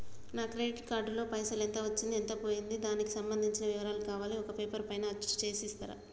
నా credit card లో పైసలు ఎంత వచ్చింది ఎంత పోయింది దానికి సంబంధించిన వివరాలు కావాలి ఒక పేపర్ పైన అచ్చు చేసి ఇస్తరా?